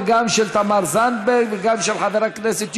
וגם של תמר זנדברג וגם של חבר הכנסת יונס,